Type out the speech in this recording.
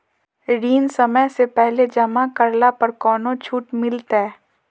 ऋण समय से पहले जमा करला पर कौनो छुट मिलतैय?